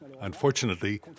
Unfortunately